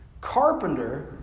Carpenter